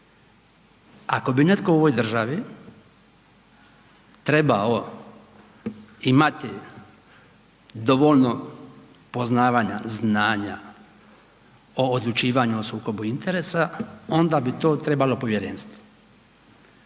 Ako bi netko u ovoj državi trebao imati dovoljno poznavanja, znanja o odlučivanju o sukobu interesa onda bi to trebalo povjerenstvo.